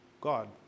God